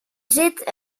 zit